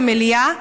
במליאה,